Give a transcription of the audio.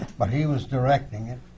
but he was directing it,